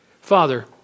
Father